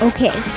Okay